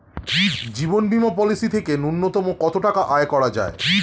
জীবন বীমা পলিসি থেকে ন্যূনতম কত টাকা আয় করা যায়?